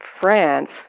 France